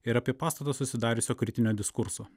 ir apie pastatą susidariusio kritinio diskurso